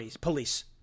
police